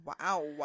Wow